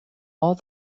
all